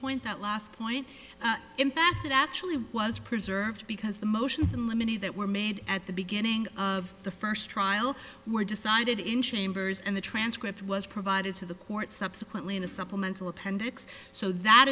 point that last point in fact it actually was preserved because the motions in limine the that were made at the beginning of the first trial were decided in chambers and the transcript was provided to the court subsequently in a supplemental appendix so that